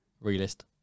Realist